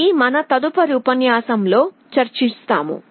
ఇది మన తదుపరి ఉపన్యాసంలో చర్చిస్తాము